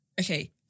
Okay